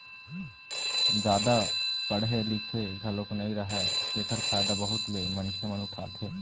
जादा पड़हे लिखे घलोक नइ राहय तेखर फायदा बहुत ले मनखे मन उठाथे